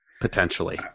potentially